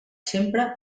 sempre